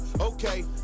Okay